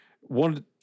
One